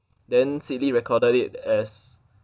then seedly recorded it as